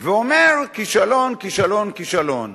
ואומר: כישלון, כישלון, כישלון.